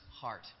heart